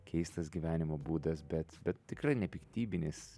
keistas gyvenimo būdas bet bet tikrai nepiktybinis